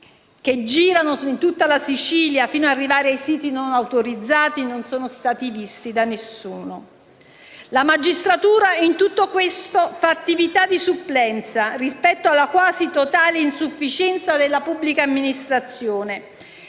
che girano in tutta la Sicilia fino ad arrivare ai siti non autorizzati non sono stati visti da nessuno. La magistratura in tutto questo fa attività di supplenza rispetto alla quasi totale insufficienza della pubblica amministrazione,